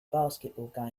basketball